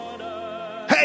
Hey